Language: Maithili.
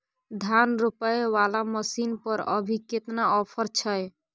धान रोपय वाला मसीन पर अभी केतना ऑफर छै?